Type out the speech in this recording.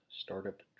startup